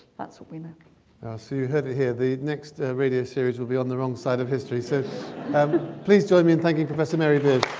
that's what we met so you heard it here the next radio series will be on the wrong side of history so um please join me in thanking professor mary beard